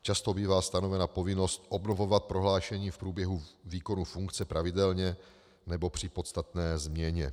Často bývá stanovena povinnost obnovovat prohlášení v průběhu výkonu funkce pravidelně nebo při podstatné změně.